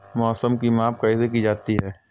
मौसम की माप कैसे की जाती है?